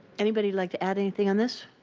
anybody like to add anything on this?